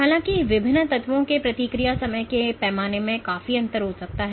हालांकि विभिन्न तत्वों के प्रतिक्रिया समय के पैमाने में काफी अंतर हो सकता है